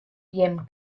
beammen